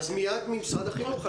מייד נשאל את משרד החינוך.